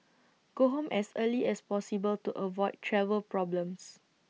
go home as early as possible to avoid travel problems